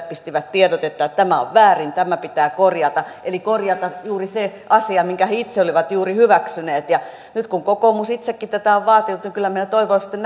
pistivät tiedotetta että tämä on väärin tämä pitää korjata eli korjata juuri se asia minkä he itse olivat juuri hyväksyneet nyt kun kokoomus itsekin tätä on vaatinut niin kyllä minä toivon sitten